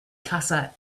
casa